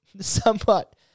somewhat